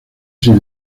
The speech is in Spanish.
sido